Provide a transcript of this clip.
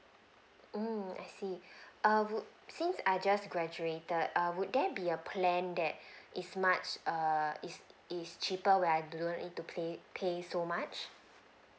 mm I see err would since I just graduated err would there be a plan that is much err is is cheaper where I do not need to pay pay so much